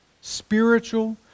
spiritual